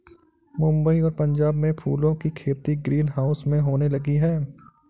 मुंबई और पंजाब में फूलों की खेती ग्रीन हाउस में होने लगी है